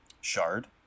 Shard